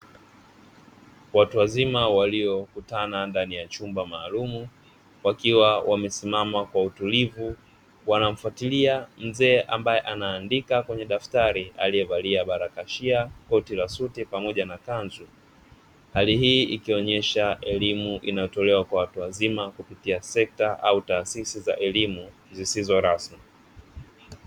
Watu wazima waliokutana ndani ya chumba maalumu wakiwa wamesimama kwa utulivu wanamfatilia mzee ambaye anaandika kwenye daftari, aliyevalia barakashia, koti la suti pamoja na kanzu, hali hii ikionyesha elimu inayotolewa kwa watu wazima kupitia sekta au taasisi za elimu zisizo rasmi.